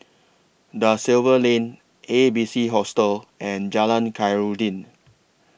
DA Silva Lane A B C Hostel and Jalan Khairuddin